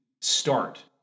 start